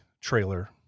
trailer